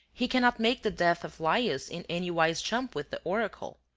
he cannot make the death of laius in any wise jump with the oracle.